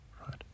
right